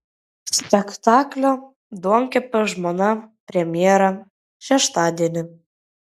spektaklio duonkepio žmona premjera šeštadienį